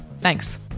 Thanks